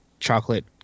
Chocolate